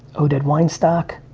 oh did winestock?